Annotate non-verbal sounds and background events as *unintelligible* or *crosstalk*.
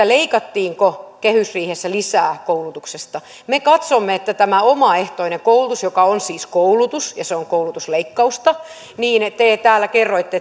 *unintelligible* leikattiinko kehysriihessä lisää koulutuksesta me katsomme että tämä omaehtoinen koulutus on siis koulutus ja kyse on koulutusleikkausta ja te täällä kerroitte *unintelligible*